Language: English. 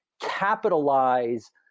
capitalize